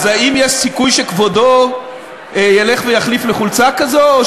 האם יש סיכוי שכבודו ילך ויחליף לחולצה כזאת,